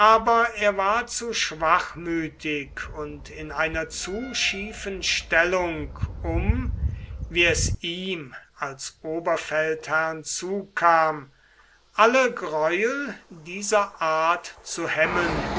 aber er war zu schwachmütig und in einer zu schiefen stellung um wie es ihm als oberfeldherrn zukam alle greuel dieser art zu hemmen